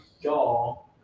y'all